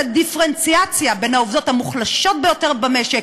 דיפרנציאציה בין העובדות המוחלשות ביותר במשק,